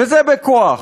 וזה בכוח.